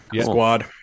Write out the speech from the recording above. squad